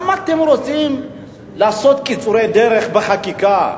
למה אתם רוצים לעשות קיצורי דרך בחקיקה?